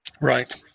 Right